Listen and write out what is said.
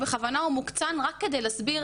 בכוונה הוא מוקצן רק כדי להסביר,